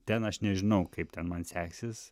ten aš nežinau kaip ten man seksis